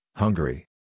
Hungary